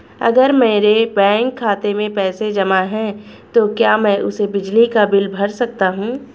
अगर मेरे बैंक खाते में पैसे जमा है तो क्या मैं उसे बिजली का बिल भर सकता हूं?